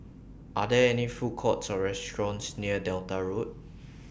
Are There any Food Courts Or restaurants near Delta Road